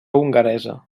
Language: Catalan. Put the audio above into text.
hongaresa